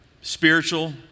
Spiritual